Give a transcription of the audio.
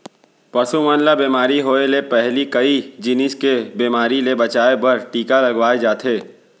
पसु मन ल बेमारी होय ले पहिली कई जिनिस के बेमारी ले बचाए बर टीका लगवाए जाथे